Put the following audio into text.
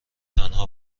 تنها